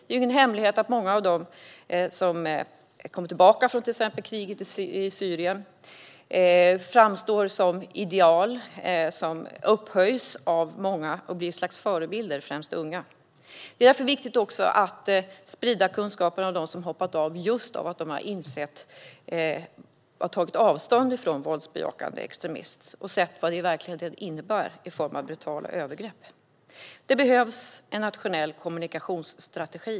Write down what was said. Det är ingen hemlighet att många av dem som kommer tillbaka från till exempel kriget i Syrien framstår som ideal eller upphöjs som ett slags förebilder av främst unga. Det är därför viktigt att sprida kunskaper om dem som hoppat av just för att de har tagit avstånd från våldsbejakande extremism och sett vad den i verkligheten innebär i form av brutala övergrepp. Det behövs en nationell kommunikationsstrategi.